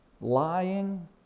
lying